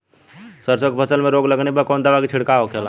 सरसों की फसल में रोग लगने पर कौन दवा के छिड़काव होखेला?